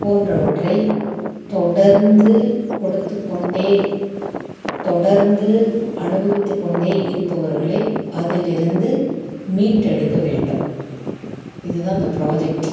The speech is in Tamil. போன்றவற்றை தொடர்ந்து கொடுத்துக் கொண்டே தொடர்ந்து அனுபவித்துக் கொண்டே இருப்பவர்களை அதிலிருந்து மீட்டெடுக்க வேண்டும் இதுதான் இந்த ப்ராஜெக்ட்